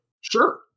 Sure